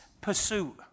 pursuit